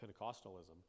Pentecostalism